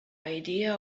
idea